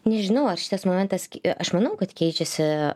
nežinau ar šitas momentas kai aš manau kad keičiasi